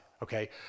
Okay